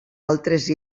altres